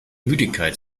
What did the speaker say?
müdigkeit